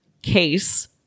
Case